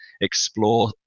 explore